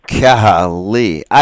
Golly